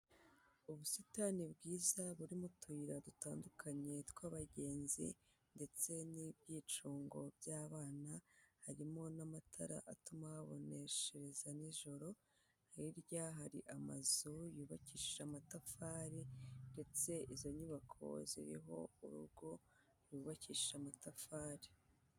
Ubusitani bwiza burimo utuyira dutandukanye tw'abagenzi ndetse n'ibyicungo by'abana harimo n'amatara atuma baboneshereza n'ijoro, hirya hari amazu yubakishije amatafari ndetse izo nyubako ziriho urugo rwubakisha amatafari.